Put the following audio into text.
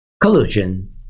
collusion